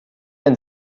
ein